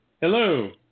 Hello